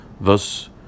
Thus